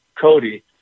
Cody